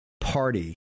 Party